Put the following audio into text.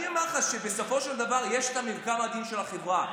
אני אומר לך שבסופו של דבר יש את המרקם העדין של החברה,